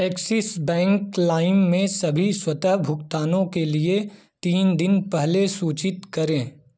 axis Bank Lime में सभी स्वतः भुगतानों के लिए तीन दिन पहले सूचित करें